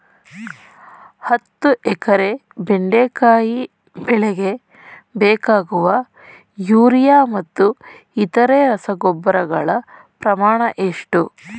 ಹತ್ತು ಎಕರೆ ಬೆಂಡೆಕಾಯಿ ಬೆಳೆಗೆ ಬೇಕಾಗುವ ಯೂರಿಯಾ ಮತ್ತು ಇತರೆ ರಸಗೊಬ್ಬರಗಳ ಪ್ರಮಾಣ ಎಷ್ಟು?